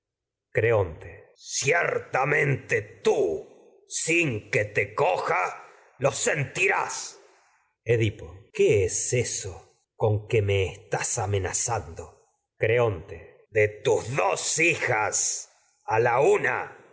coger creonte ciertamente tú sin que te edipo coja losentirás qué es eso con que me a estás amenazando hace poco he creonte de tus dos hijas la una